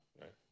right